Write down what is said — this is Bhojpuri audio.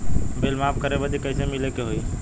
बिल माफ करे बदी कैसे मिले के होई?